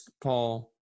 Paul